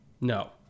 no